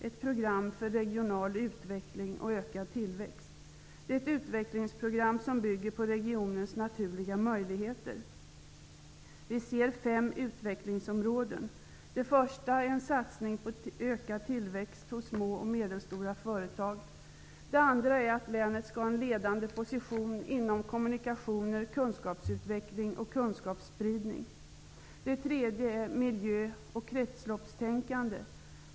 Ett program för regional utveckling och ökad tillväxt''. Det är ett utvecklingsprogram som bygger på regionens naturliga möjligheter. Vi ser fem utvecklingsområden. Det första är de små och medelstora företagen, där man skall satsa på ökad tillväxt. Det andra området är kommunikationer, kunskapsutveckling och kunskapsspridning, där länet skall få en ledande position. Det tredje området är miljön och kretsloppen.